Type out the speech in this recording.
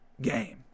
game